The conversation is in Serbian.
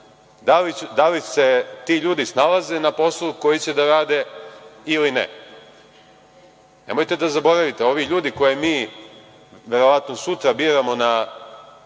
da li se ti ljudi snalaze na poslu koji će da rade ili ne. Nemojte da zaboravite, ovi ljudi koje mi, verovatno sutra, biramo na